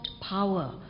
power